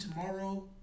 Tomorrow